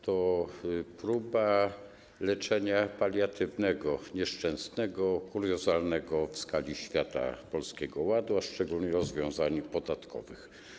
To próba leczenia paliatywnego nieszczęsnego, kuriozalnego w skali świata Polskiego Ładu, a szczególnie rozwiązań podatkowych.